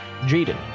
Jaden